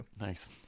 Nice